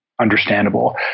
understandable